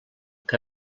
que